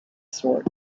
swords